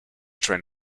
train